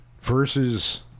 versus